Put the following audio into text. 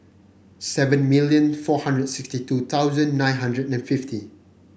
seven million four hundred sixty two thousand nine hundred and fifty